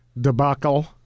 debacle